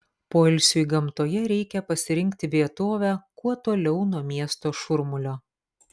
poilsiui gamtoje reikia pasirinkti vietovę kuo toliau nuo miesto šurmulio